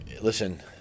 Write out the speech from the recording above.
Listen